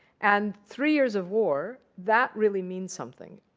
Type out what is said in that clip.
and three years of war, that really means something.